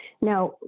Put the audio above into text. Now